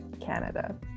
canada